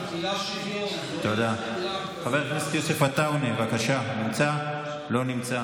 המילה שוויון, חבר הכנסת יוסף עטאונה, אינו נוכח.